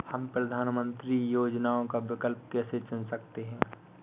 हम प्रधानमंत्री योजनाओं का विकल्प कैसे चुन सकते हैं?